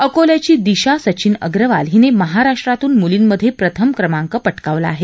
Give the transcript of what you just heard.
अकोल्याची दिशा सचिन अग्रवाल हिने महाराष्ट्रातून मुलीमध्ये प्रथम क्रमांक प क्रिावला आहे